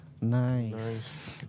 Nice